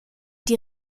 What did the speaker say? die